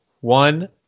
one